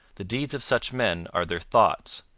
the deeds of such men are their thoughts,